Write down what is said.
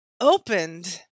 opened